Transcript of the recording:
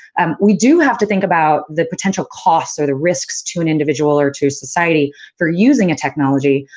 um we do have to think about the potential costs or the risks to an individual or to society for using a technology.